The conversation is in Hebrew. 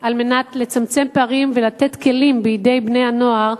על מנת לצמצם פערים ולתת כלים בידי בני-הנוער,